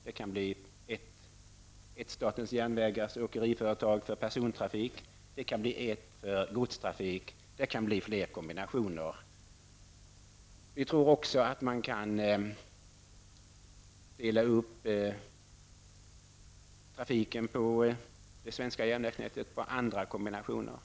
Det kan bli ett statens järnvägars åkeriföretag för persontrafik, det kan bli ett för godstrafik, och det kan bli fler kombinationer. Vi tror också att det är möjligt att dela upp trafiken på det svenska järnvägsnätet på andra kombinationer.